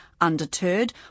Undeterred